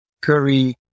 Curry